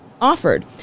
offered